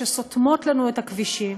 שסותמות לנו את הכבישים,